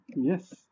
Yes